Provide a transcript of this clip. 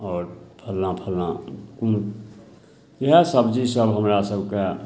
आओर फल्लाँ फल्लाँ इएह सब्जी सब हमरा सबके